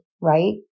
right